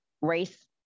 race